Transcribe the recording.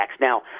Now